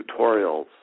tutorials